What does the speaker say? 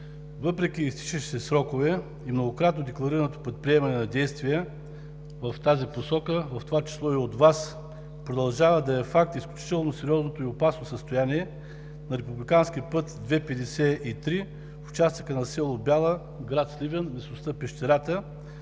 въпреки изтичащите срокове и многократно декларираното предприемане на действия в тази посока, в това число и от Вас, продължава да е факт изключително сериозното и опасно състояние на републикански път II-53 в участъка на село Бяла, град Сливен, в местността „Пещерата“,